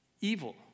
evil